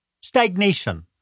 stagnation